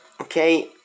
Okay